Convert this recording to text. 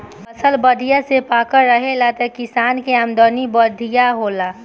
फसल बढ़िया से पाकल रहेला त किसान के आमदनी बढ़िया होला